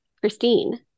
Christine